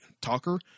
talker